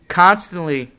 constantly